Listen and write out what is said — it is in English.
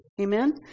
Amen